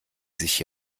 sich